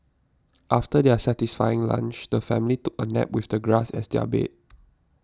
after their satisfying lunch the family took a nap with the grass as their bed